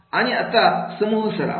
आणि आता समूह सराव